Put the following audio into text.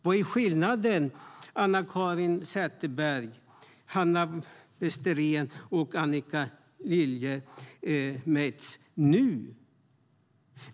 Vad är skillnaden nu, Anna-Caren Sätherberg, Hanna Westerén och Annika Lillemets?